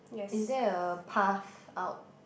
is there a path out